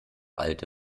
alte